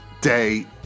day